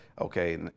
okay